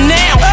now